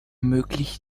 möglich